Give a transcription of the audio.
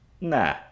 nah